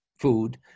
food